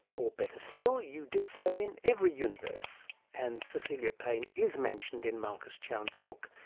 or better still, you did so in every universe. and cecilia payne is mentioned in marcus chown's book,